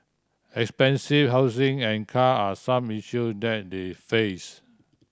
expensive housing and car are some issue that they face